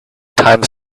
times